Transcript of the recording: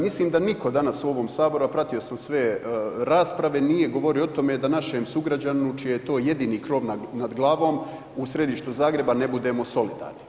Mislim da nitko danas u ovom Saboru, a pratio sam sve rasprave, nije govorio o tome da našem sugrađaninu čiji je to jedini krov nad glavom u središtu Zagreba ne budemo solidarni.